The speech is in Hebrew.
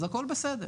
אז הכול בסדר,